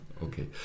Okay